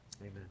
Amen